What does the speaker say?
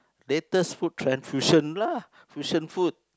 latest food trend fusion lah fusion food